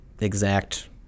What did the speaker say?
exact